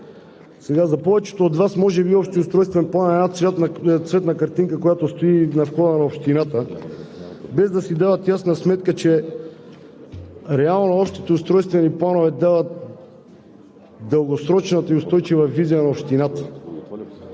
Сега за повечето от Вас може би общият устройствен план е една цветна картинка, която стои на входа на общината, без да си дават ясна сметка, че реално общите устройствени планове дават дългосрочната и устойчива визия на общината.